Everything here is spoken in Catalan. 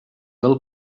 del